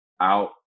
out